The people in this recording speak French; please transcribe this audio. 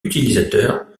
utilisateurs